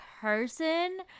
person